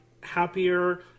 happier